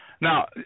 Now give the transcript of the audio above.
Now